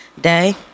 day